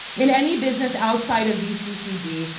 in any business outside of vcccd,